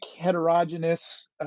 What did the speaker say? heterogeneous